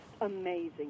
amazing